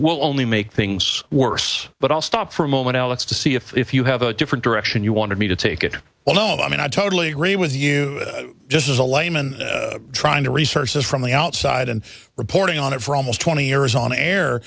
will only make things worse but i'll stop for a moment alex to see if you have a different direction you want to me to take it although i mean i totally agree with you just as a layman trying to research this from the outside and reporting on it for almost twenty years on air